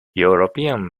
european